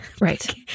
Right